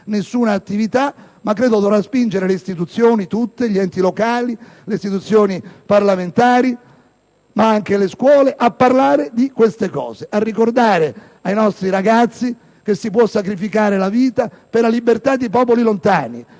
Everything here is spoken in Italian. nessuna attività, ma credo che dovrà spingere le istituzioni tutte, gli enti locali e il Parlamento, ma anche le scuole, a parlare di queste cose e a ricordare ai nostri ragazzi che si può sacrificare la vita per la libertà di popoli lontani,